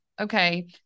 okay